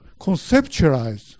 conceptualize